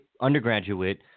undergraduate